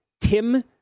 Tim